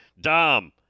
Dom